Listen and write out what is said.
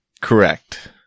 Correct